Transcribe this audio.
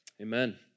amen